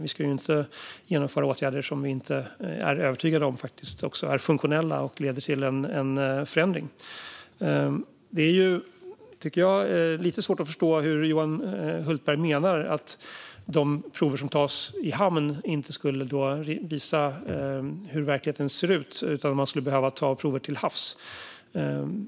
Vi ska ju inte genomföra åtgärder om vi inte är övertygade om att de är funktionella och leder till förändring. Det är lite svårt att förstå, tycker jag, vad Johan Hultberg menar med att de prover som tas i hamn inte visar hur verkligheten ser ut utan att man skulle behöva ta prover till havs.